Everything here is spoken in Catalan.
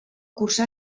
cursà